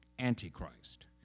Antichrist